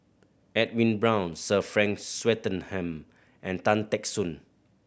Edwin Brown Sir Frank Swettenham and Tan Teck Soon